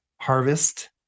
harvest